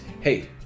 hey